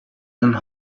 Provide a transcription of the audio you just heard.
and